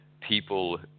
people